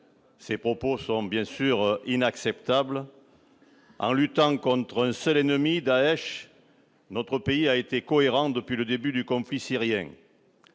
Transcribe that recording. Ces propos sont inacceptables. En luttant contre un seul ennemi, Daech, notre pays a été cohérent depuis le début du conflit syrien.